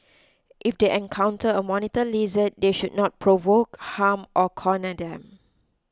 if they encounter a monitor lizard they should not provoke harm or corner them